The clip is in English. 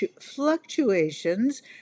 fluctuations